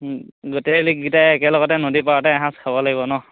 গোটেই লগকেইটাই একেলগতে নদী পাৰতে এসাঁজ খাব লাগিব ন